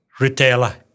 retailer